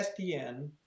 SDN